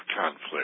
conflict